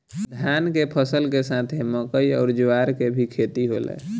धान के फसल के साथे मकई अउर ज्वार के भी खेती होला